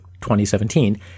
2017